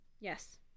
Yes